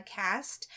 podcast